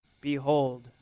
Behold